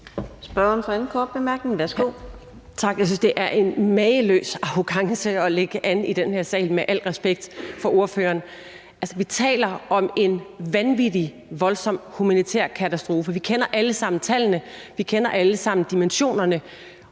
Kl. 12:24 Trine Pertou Mach (EL): Jeg synes, det er en mageløs arrogance at lægge an med i den her sag, sagt med al respekt for ordføreren. Altså, vi taler om en vanvittig voldsom humanitær katastrofe. Vi kender alle sammen tallene, og vi kender alle sammen dimensionerne.